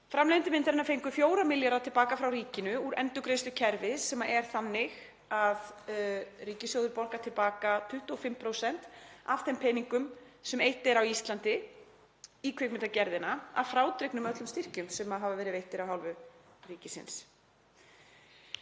Framleiðendur myndarinnar fengu 4 milljarða til baka frá ríkinu úr endurgreiðslukerfi sem er þannig að ríkissjóður borgar til baka 25% af þeim peningum sem eytt er á Íslandi í kvikmyndagerðina að frádregnum öllum styrkjum sem hafa verið veittir af hálfu ríkisins.